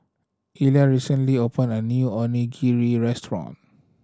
Elia recently opened a new Onigiri Restaurant